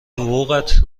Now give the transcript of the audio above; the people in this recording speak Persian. حقوقت